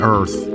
Earth